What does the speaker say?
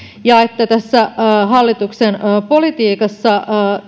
ja että tässä hallituksen politiikassa